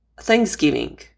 Thanksgiving